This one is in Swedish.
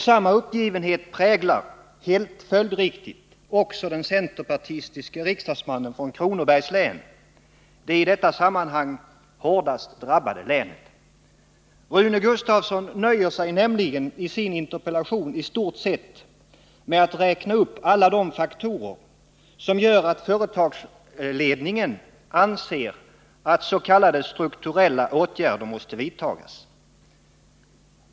Samma uppgivenhet präglar helt följdriktigt också den centerpartistiske riksdagsmannen från Kronobergs län, det i detta sammanhang hårdast drabbade länet. Rune Gustavsson nöjer sig nämligen i sin interpellation i stort sett med att räkna upp alla de faktorer som gör att företagsledningen anser att s.k. strukturella åtgärder måste vidtas.